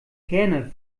herne